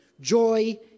Joy